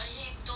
yum yum